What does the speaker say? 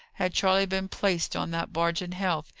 had charley been placed on that barge in health,